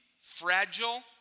fragile